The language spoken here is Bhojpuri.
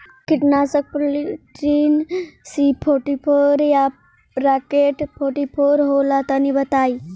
कीटनाशक पॉलीट्रिन सी फोर्टीफ़ोर या राकेट फोर्टीफोर होला तनि बताई?